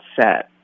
set